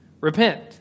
Repent